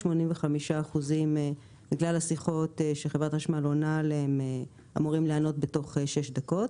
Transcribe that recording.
85% בגלל השיחות שחברת החשמל אמורה לענות בתוך שש דקות.